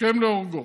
השכם להורגו.